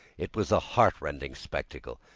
it was a heart-rending spectacle,